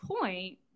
point